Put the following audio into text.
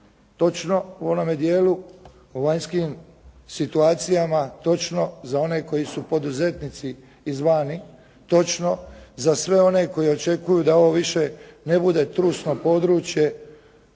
točno u onome dijelu o vanjskim situacijama, točno za one koji su poduzetnici iz vani, točno za sve one koji očekuju da ovo više ne bude trusno područje